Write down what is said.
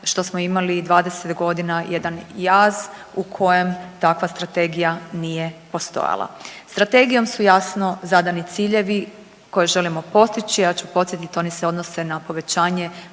što smo imali 20 godina jedan jaz u kojem takva strategija nije postojala. Strategijom su jasno zadani ciljevi koje želimo postići, ja ću podsjetiti oni se odnose na povećanje